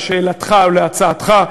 לשאלתך ולהצעתך,